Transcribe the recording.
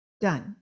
Done